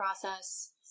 process